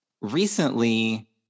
Recently